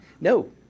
No